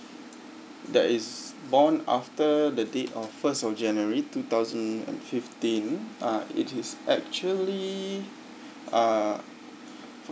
that is born after the date of first of january two thousand and fifteen uh it is actually uh